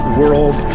world